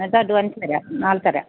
എന്നിട്ടഡ്വാൻസ് തരാം നാളെ തരാം